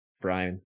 Brian